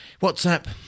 WhatsApp